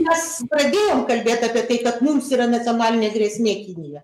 mes pradėjom kalbėt apie tai kad mums yra nacionalinė grėsmė kinija